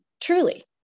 truly